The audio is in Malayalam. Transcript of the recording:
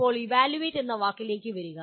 ഇപ്പോൾ ഇവാലുവേറ്റ് എന്ന വാക്കിലേക്ക് വരിക